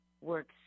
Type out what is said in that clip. works